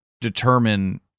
determine